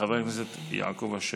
חבר הכנסת יעקב אשר,